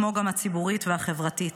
כמו גם הציבורית והחברתית.